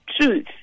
truth